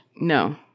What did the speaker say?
No